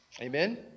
Amen